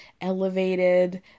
elevated